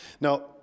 Now